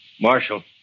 Marshal